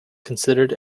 considered